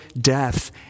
death